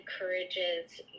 encourages